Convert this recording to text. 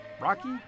Rocky